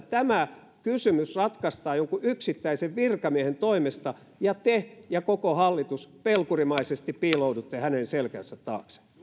tämä kysymys ratkaistaan jonkun yksittäisen virkamiehen toimesta ja te ja koko hallitus pelkurimaisesti piiloudutte hänen selkänsä taakse